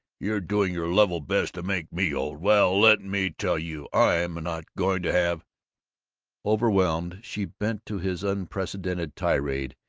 you're doing your level best to make me old. well, let me tell you, i'm not going to have overwhelmed she bent to his unprecedented tirade,